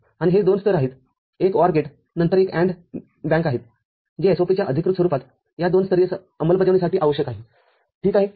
आणि हे दोन स्तर आहेत एक OR गेट नंतर एक AND बँक आहेत जे SOP च्या अधिकृत स्वरूपात या दोन स्तरीय अंमलबजावणीसाठी आवश्यक आहे ठीक आहे